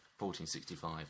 1465